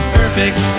perfect